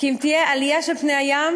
כי אם תהיה עלייה של פני הים,